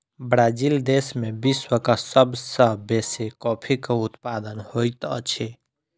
Brazil देश में विश्वक सब सॅ बेसी कॉफ़ीक उत्पादन होइत अछि